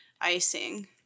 icing